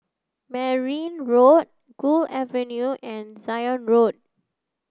Merryn Road Gul Avenue and Zion Road